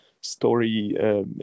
story